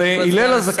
יהיה לך זמן להשיב,